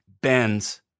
bends